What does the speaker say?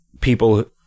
people